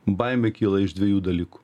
baimė kyla iš dviejų dalykų